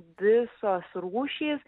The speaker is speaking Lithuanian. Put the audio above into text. visos rūšys